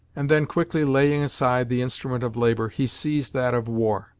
and then quickly laying aside the instrument of labor, he seized that of war.